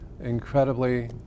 incredibly